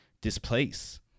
displace